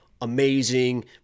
amazing